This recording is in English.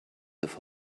have